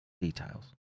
details